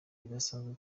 idasanzwe